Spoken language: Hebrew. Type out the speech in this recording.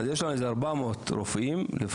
אז יש לנו איזה 400 רופאים לפחות,